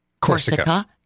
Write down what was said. Corsica